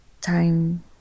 time